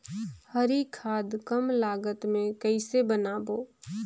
हरी खाद कम लागत मे कइसे बनाबो?